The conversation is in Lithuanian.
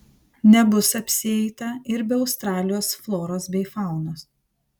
nebus apsieita ir be australijos floros bei faunos